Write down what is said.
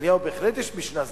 לנתניהו בהחלט יש משנה סדורה.